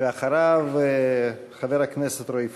ואחריו, חבר הכנסת רועי פולקמן.